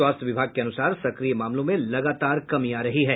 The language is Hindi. स्वास्थ्य विभाग के अनुसार सक्रिय मामलों में लगातार कमी आ रही है